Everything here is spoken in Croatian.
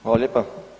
Hvala lijepa.